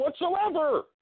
whatsoever